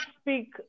speak